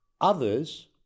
Others